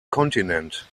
kontinent